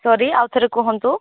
ସରି ଆଉଥରେ କୁହନ୍ତୁ